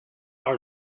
are